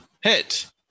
Hit